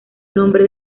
nombre